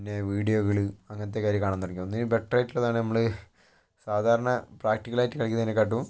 പിന്നെ വീഡിയോകൾ അങ്ങനത്തെയൊക്കെ കാണാൻ തുടങ്ങി ഒന്നുകിൽ ബെറ്ററായിട്ടുള്ളതാണ് നമ്മൾ സാധാരണ പ്രാക്ടിക്കലായിട്ട് കാണിക്കുന്നതിനെക്കാട്ടും